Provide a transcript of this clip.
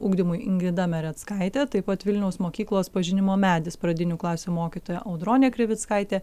ugdymui ingrida mereckaitė taip pat vilniaus mokyklos pažinimo medis pradinių klasių mokytoja audronė krivickaitė